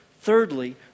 Thirdly